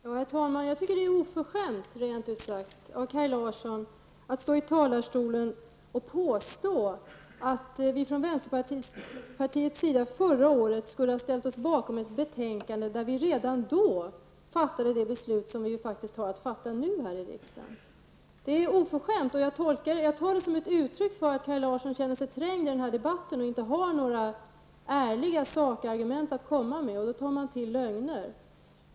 Herr talman! Det är rent ut sagt oförskämt av Kaj Larsson att påstå att vi från vänsterpartiet förra året skulle ha ställt oss bakom ett betänkande, när vi redan då fattade samma beslut som vi nu har att fatta här i riksdagen. Det är oförskämt, och jag tar det som ett uttryck för att Kaj Larsson känner sig trängd i den här debatten och inte har några ärliga sakargument att komma med utan tar till lögner.